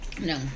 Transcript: No